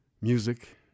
music